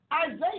Isaiah